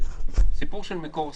הסיפור של מקור סמכות,